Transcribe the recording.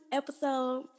episode